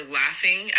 laughing